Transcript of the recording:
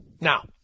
Now